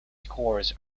scores